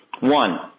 One